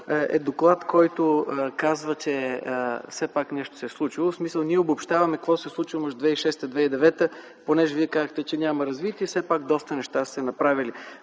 е доклад, който показва, че все пак нещо се е случило. Ние обобщаваме какво се е случило между 2006 и 2009 г. Понеже Вие казвате, че няма развитие – все пак доста неща са направени.